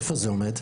איפה זה עומד?